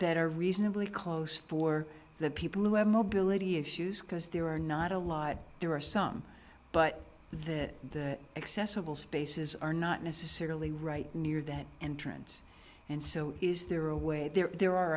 that are reasonably close for the people who have mobility issues because there are not a lot there are some but the accessible spaces are not necessarily right near that entrance and so is there a way there are a